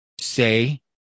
say